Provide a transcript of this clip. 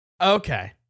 Okay